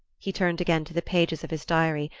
he turned again to the pages of his diary,